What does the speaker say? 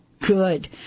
Good